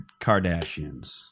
Kardashians